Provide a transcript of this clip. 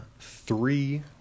three